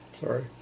Sorry